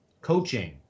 coaching